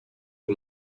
des